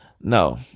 no